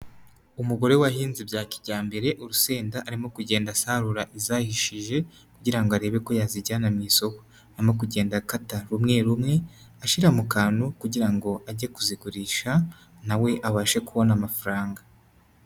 Umugore wahinze bya kijyambere urusenda arimo kugenda asarura izahishije kugira ngo arebe ko yazijyana mu isoko, arimo kugenda akata rumwe rumwe ashyira mu kantu kugira ngo age kuzigurisha na we abashe kubona amafaranga.